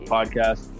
Podcast